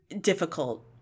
difficult